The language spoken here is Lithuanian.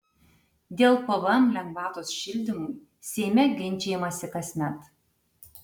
dėl pvm lengvatos šildymui seime ginčijamasi kasmet